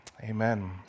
Amen